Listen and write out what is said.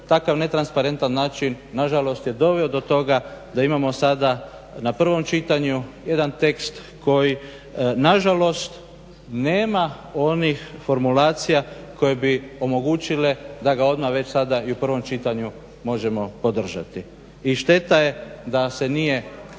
takav netransparentan način nažalost je doveo do toga da imamo sada na prvom čitanju jedan tekst koji nažalost nema onih formulacija koje bi omogućile da ga odmah već sada i u prvom čitanju možemo podržati. I šteta je da se nije